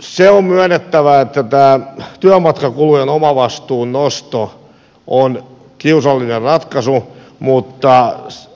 se on myönnettävä että tämä työmatkakulujen omavastuun nosto on kiusallinen ratkaisu mutta tietysti